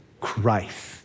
Christ